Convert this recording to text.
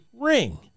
ring